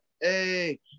Hey